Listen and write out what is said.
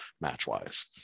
match-wise